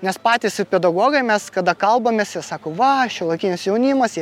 nes patys i pedagogai mes kada kalbamės jie sako va šiuolaikinis jaunimas jie